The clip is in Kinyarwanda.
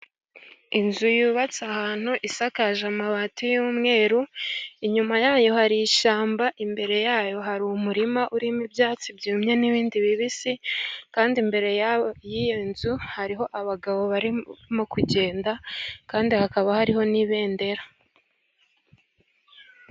Inzu yubatse ahantu isakaje amabati y'umweru, inyuma yayo hari ishyamba, imbere yayo hari umurima urimo ibyatsi byumye n'ibindi bibisi, kandi imbere y'iyo nzu hariho abagabo barimo kugenda kandi hakaba hariho n'ibendera.